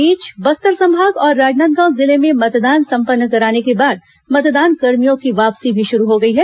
इस बीच बस्तर संभाग और राजनांदगांव जिले में मतदान संपन्न कराने के बाद मतदानकर्भियों की वापसी भी शुरू हो गई है